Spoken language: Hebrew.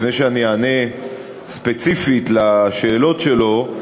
לפני שאני אענה ספציפית על השאלות שלו,